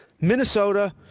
Minnesota